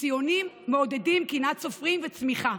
שציונים מעודדים קנאת סופרים וצמיחה,